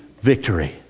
victory